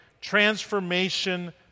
Transformation